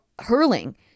hurling